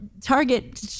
target